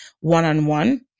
one-on-one